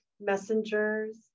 messengers